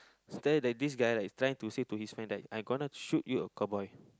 stare the this guy like trying to say to his friend like I gonna shoot you to cowboy